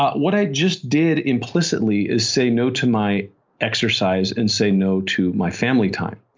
what i just did implicitly is say no to my exercise and say no to my family time.